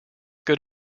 good